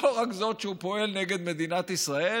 לא רק זאת שהוא פועל נגד מדינת ישראל,